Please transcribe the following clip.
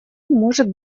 может